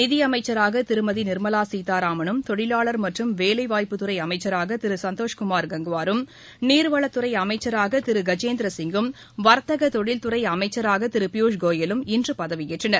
நிதியமைச்சராக திருமதி நிர்மலா சீதாராமலும் தொழிலாளர் மற்றும் வேலை வாய்ப்புத்துறை அமைச்சராக திரு சந்தோஷ் குமார் கெங்குவாரும் நீர்வளத்துறை அமைச்சராக திரு கஜேந்திர சிங்கும் வர்த்தக தொழில்துறை அமைச்சராக திரு பியூஷ் கோயலும் இன்று பதவியேற்றனர்